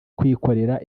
kwikorera